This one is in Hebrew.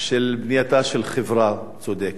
בבנייתה של חברה צודקת.